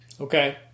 Okay